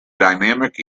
dynamic